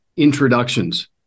introductions